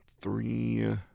three